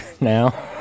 now